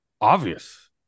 obvious